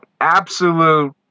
absolute